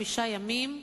כל אלה שחיים בדרום,